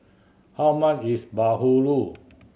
how much is bahulu